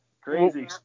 crazy